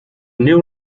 new